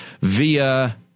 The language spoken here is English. via